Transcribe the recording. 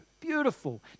Beautiful